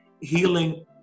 healing